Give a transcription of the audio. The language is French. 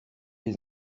les